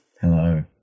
hello